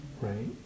right